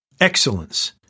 excellence